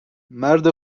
مرد